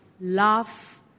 love